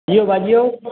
की यौ बजिऔ